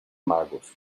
magos